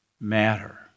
matter